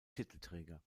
titelträger